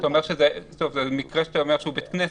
זה מקרה שאתה אומר שהוא בית כנסת.